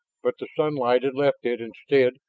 but the sunlight had left it instead,